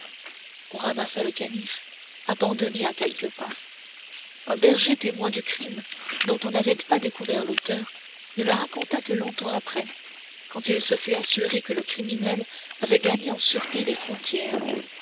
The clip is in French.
on ramassa le canif abandonné à quelques pas un berger témoin du crime dont on n'avait pas découvert l'auteur ne le raconta que longtemps après quand il se fut assuré que le criminel avait gagné en sûreté les frontières